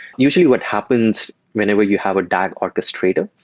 usually what happens whenever you have a dag orchestrator,